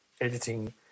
editing